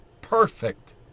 Perfect